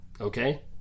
okay